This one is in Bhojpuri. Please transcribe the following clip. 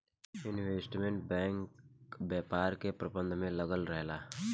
इन्वेस्टमेंट बैंक व्यापार के प्रबंधन में लागल रहेला